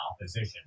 opposition